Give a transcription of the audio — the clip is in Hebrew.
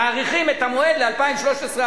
מאריכים את המועד ל-2013,